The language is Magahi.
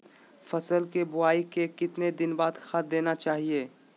फसल के बोआई के कितना दिन बाद खाद देना चाइए?